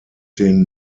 den